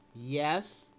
Yes